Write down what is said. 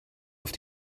auf